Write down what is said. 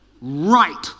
Right